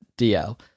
DL